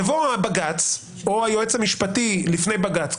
יבוא הבג"ץ או היועץ המשפטי לפני בג"ץ,